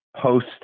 Post